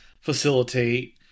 facilitate